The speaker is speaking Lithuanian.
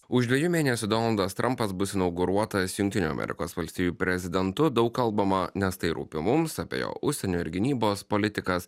už dviejų mėnesių donaldas trampas bus inauguruotas jungtinių amerikos valstijų prezidentu daug kalbama nes tai rūpi mums apie jo užsienio ir gynybos politikas